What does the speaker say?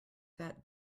that